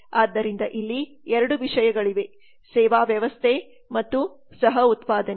ಆದ್ದರಿಂದ ಇಲ್ಲಿ 2 ವಿಷಯಗಳಿವೆ ಸೇವಾ ವ್ಯವಸ್ಥೆ ಮತ್ತು ಸಹ ಉತ್ಪಾದನೆ